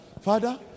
Father